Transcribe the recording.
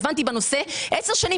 הבנתי בנושא עשר שנים,